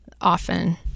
often